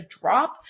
drop